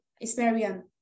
experience